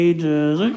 Ages